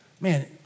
man